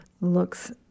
looks